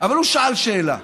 אבל הוא שאל שאלה.